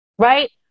Right